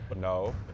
No